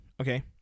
Okay